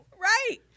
Right